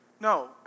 No